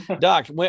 doc